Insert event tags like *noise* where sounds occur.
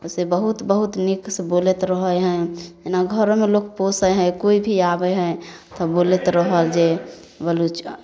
से बहुत बहुत नीक से बोलैत रहै हइ जेना घरमे लोक पोसै हइ कोइ भी आबै हइ तऽ बोलैत रहल जे *unintelligible*